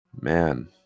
Man